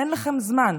אין לכם זמן,